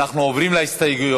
אנחנו עוברים להסתייגויות.